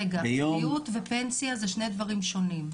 רגע, קביעות ופנסיה זה שני דברים שונים.